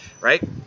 right